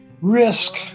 risk